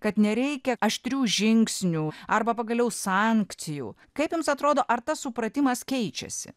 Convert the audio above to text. kad nereikia aštrių žingsnių arba pagaliau sankcijų kaip jums atrodo ar tas supratimas keičiasi